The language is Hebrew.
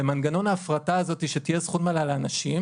במנגנון ההפרטה הזאת שתהיה זכות מלאה לאנשים